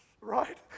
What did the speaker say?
right